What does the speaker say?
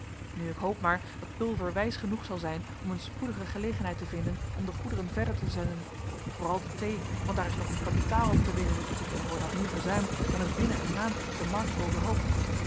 nu ik hoop maar dat pulver wijs genoeg zal zijn om een spoedige gelegenheid te vinden om de goederen verder te zenden vooral de thee want daar is nog een kapitaal op te winnen en wordt dat nu verzuimd dan is binnen een maand de markt overhoopt